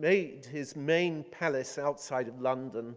made his main palace outside of london